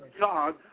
God